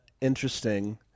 interesting